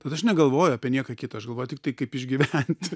tada aš negalvoju apie nieką kitą aš galvoju tiktai kaip išgyvent